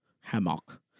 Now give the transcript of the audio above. Hammock